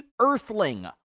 Earthling